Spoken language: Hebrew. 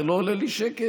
זה לא עולה לי שקל,